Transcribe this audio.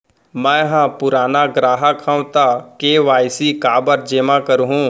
मैं ह पुराना ग्राहक हव त के.वाई.सी काबर जेमा करहुं?